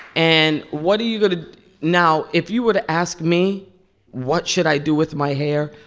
and what are you going to now, if you were to ask me what should i do with my hair,